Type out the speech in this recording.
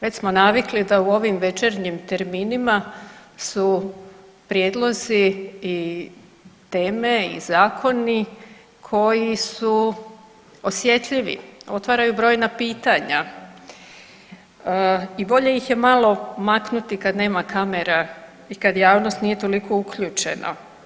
Već smo navikli da u ovim večernjim terminima su prijedlozi i teme i zakoni koji su osjetljivi, otvaraju brojna pitanja i bolje ih je malo maknuti kad nema kamera i kad javnost nije toliko uključena.